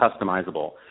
customizable